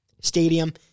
stadium